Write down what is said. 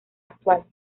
actual